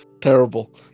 terrible